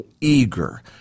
eager